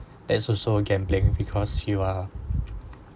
it's also gambling because you are